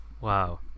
wow